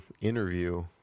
interview